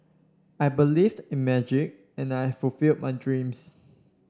I believed in magic and I fulfilled my dreams